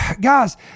guys